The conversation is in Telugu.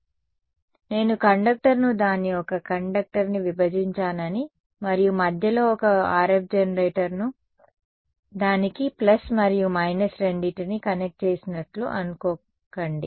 కాబట్టి నేను కండక్టర్ను దాని ఒక కండక్టర్ని విభజించానని మరియు మధ్యలో ఒక RF జెనరేటర్ను దానికి ప్లస్ మరియు మైనస్ రెండింటినీ కనెక్ట్ చేసినట్లు అనుకోకండి